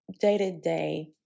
day-to-day